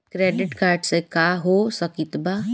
Credit card से का हो सकइत बा?